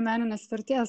meninės vertės